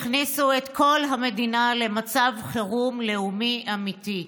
הכניסו את כל המדינה למצב חירום לאומי אמיתי,